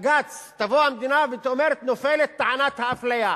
תבוא המדינה ותאמר: נופלת טענת האפליה,